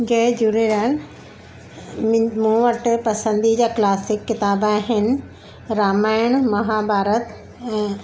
जय झूलेलाल मिन मूं वटि पसंदीजा क्लासिक किताब आहिनि रामायण महाभारत ऐं